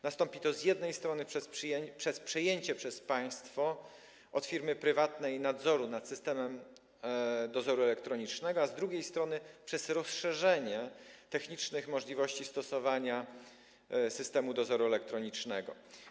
Nastąpi to z jednej strony przez przejęcie przez państwo od firmy prywatnej nadzoru nad systemem dozoru elektronicznego, a z drugiej strony - przez rozszerzenie technicznych możliwości stosowania systemu dozoru elektronicznego.